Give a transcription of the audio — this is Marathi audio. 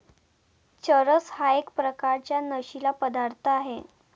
चरस हा एक प्रकारचा नशीला पदार्थ आहे